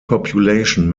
population